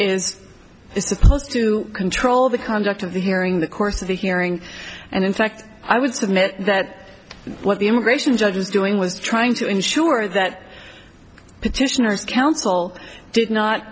supposed to control the conduct of the hearing the course of the hearing and in fact i would submit that what the immigration judge was doing was trying to ensure that petitioner's counsel did not